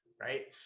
right